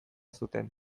zuten